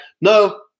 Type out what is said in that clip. no